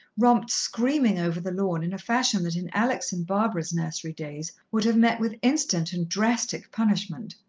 romped screaming over the lawn, in a fashion that in alex' and barbara's nursery days would have met with instant and drastic punishment.